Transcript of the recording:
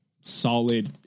solid